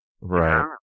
Right